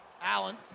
Allen